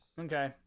Okay